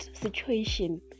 situation